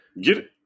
Get